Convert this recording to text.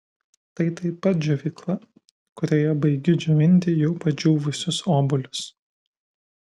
tai taip pat džiovykla kurioje baigiu džiovinti jau padžiūvusius obuolius